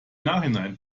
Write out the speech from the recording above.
nachhinein